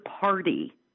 party